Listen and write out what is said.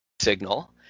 Signal